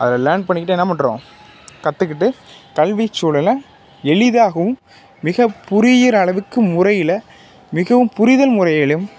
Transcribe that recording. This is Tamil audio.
அதில் லேர்ன் பண்ணிக்கிட்டு என்ன பண்ணுறோம் கற்றுக்கிட்டு கல்விச்சூழலை எளிதாகவும் மிக புரிகிற அளவுக்கு முறையில் மிகவும் புரிதல் முறையிலேயும்